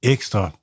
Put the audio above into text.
Ekstra